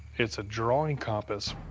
it's a drawing compass.